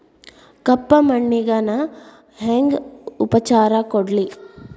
ಕಪ್ಪ ಮಣ್ಣಿಗ ನಾ ಹೆಂಗ್ ಉಪಚಾರ ಕೊಡ್ಲಿ?